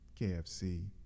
KFC